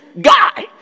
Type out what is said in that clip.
guy